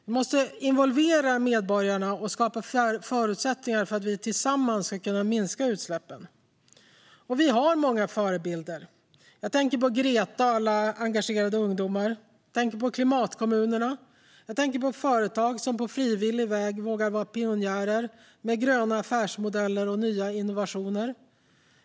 Vi måste involvera medborgarna och skapa förutsättningar för att vi tillsammans ska kunna minska utsläppen. Vi har också många förebilder - jag tänker på Greta och alla engagerade ungdomar, jag tänker på Klimatkommunerna och jag tänker på företag som på frivillig väg vågar vara pionjärer med gröna affärsmodeller och nya innovationer.